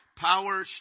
Power